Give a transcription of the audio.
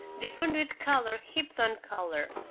they burned with color heaped on color